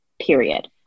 period